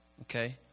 okay